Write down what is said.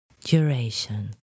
duration